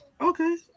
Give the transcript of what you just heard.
okay